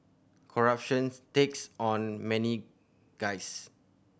corruptions takes on many guises